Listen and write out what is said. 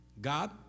God